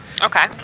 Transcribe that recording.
Okay